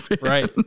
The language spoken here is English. Right